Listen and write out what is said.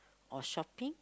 or shopping